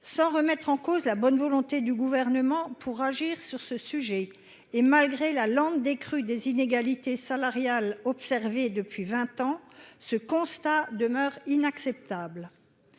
Sans remettre en cause la bonne volonté du Gouvernement pour agir sur le sujet, et malgré la lente décrue des inégalités salariales observée depuis vingt ans, un tel constat demeure inacceptable.